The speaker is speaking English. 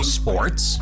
sports